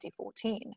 2014